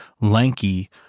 lanky